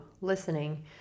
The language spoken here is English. listening